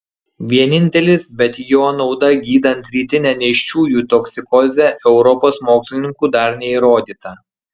vienintelis bet jo nauda gydant rytinę nėščiųjų toksikozę europos mokslininkų dar neįrodyta